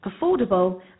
affordable